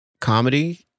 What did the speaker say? comedy